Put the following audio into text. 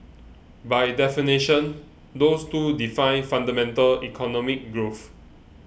by definition those two define fundamental economic growth